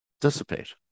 dissipate